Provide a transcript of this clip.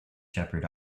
shepherd